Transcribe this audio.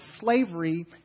slavery